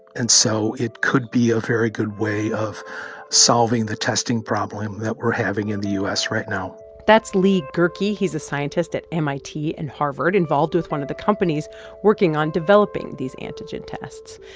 and so it could be a very good way of solving the testing problem that we're having in the u s. right now that's lee gehrke. yeah he's a scientist at mit and harvard involved with one of the companies working on developing these antigen tests.